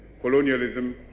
colonialism